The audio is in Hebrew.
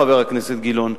חבר הכנסת גילאון,